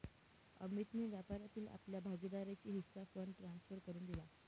अमितने व्यापारातील आपला भागीदारीचा हिस्सा फंड ट्रांसफर करुन दिला